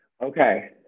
Okay